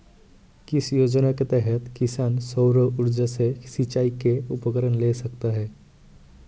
किस योजना के तहत किसान सौर ऊर्जा से सिंचाई के उपकरण ले सकता है?